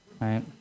right